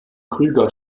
krüger